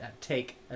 take